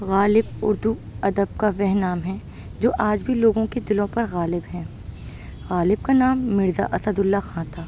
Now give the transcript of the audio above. غالب اُردو ادب کا وہ نام ہے جو آج بھی لوگوں کے دِلوں پر غالب ہے غالب کا نام مرزا اسد اللہ خان تھا